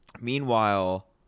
meanwhile